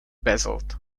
basalt